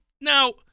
Now –